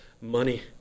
money